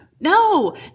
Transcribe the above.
No